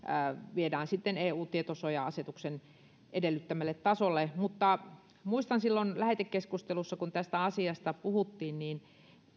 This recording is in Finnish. viedään eun tietosuoja asetuksen edellyttämälle tasolle mutta muistan että silloin lähetekeskustelussa kun tästä asiasta puhuttiin